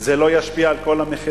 זה לא ישפיע על כל המחירים